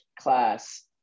class